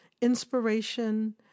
inspiration